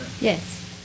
Yes